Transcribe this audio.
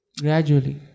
Gradually